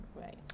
right